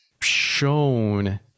shown